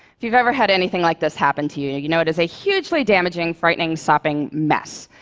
if you've ever had anything like this happen to you, you you know it is a hugely damaging, frightening, sopping mess.